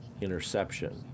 interception